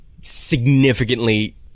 significantly